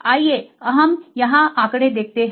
आइए हम यहां आंकड़े देखते हैं